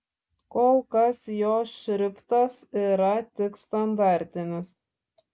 kol kas jos šriftas yra tik standartinis